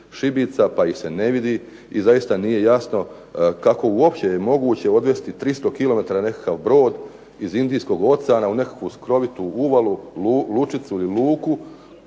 pa ih se ne vidim. I zaista nije jasno kako uopće je moguće odvesti 300 km nekakav brod iz Indijskog oceana u nekakvu skrovitu uvalu, lučicu ili luku